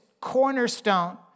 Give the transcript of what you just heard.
cornerstone